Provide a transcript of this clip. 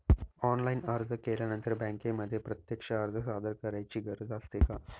Online अर्ज केल्यानंतर बँकेमध्ये प्रत्यक्ष अर्ज सादर करायची गरज असते का?